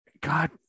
God